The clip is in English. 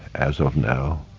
as of now,